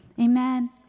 Amen